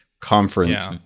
conference